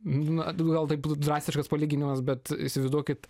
na gal taip drastiškas palyginimas bet įsivaizduokit